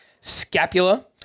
scapula